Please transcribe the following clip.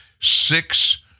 six